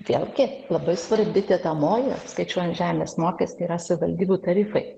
vėlgi labai svarbi dedamoji skaičiuojant žemės mokestį yra savivaldybių tarifai